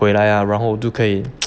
回来呀然后就可以